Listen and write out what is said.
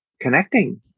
connecting